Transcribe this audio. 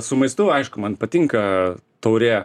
su maistu aišku man patinka taurė